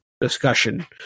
discussion